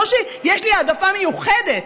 לא שיש לי העדפה מיוחדת